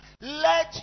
Let